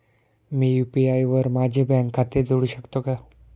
मी UPI वर माझे bank खाते जोडू शकतो का?